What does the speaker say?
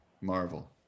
Marvel